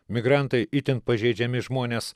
migrantai itin pažeidžiami žmonės